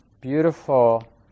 beautiful